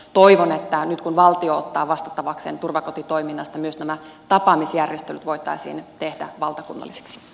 toivon että nyt kun valtio ottaa vastattavakseen turvakotitoiminnasta myös nämä tapaamisjärjestelyt voitaisiin tehdä valtakunnallisiksi